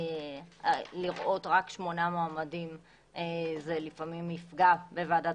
לראות רק שמונה מועמדים זה לפעמים יפגע בוועדת